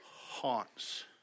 haunts